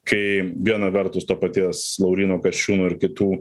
kai viena vertus to paties lauryno kasčiūno ir kitų